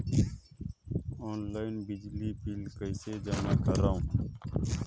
Online बिजली bill कइसे जमा करव?